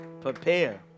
prepare